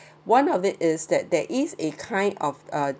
one of it is that there is a kind of uh